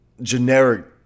generic